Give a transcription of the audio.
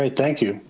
ah thank you.